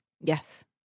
Yes